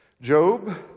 Job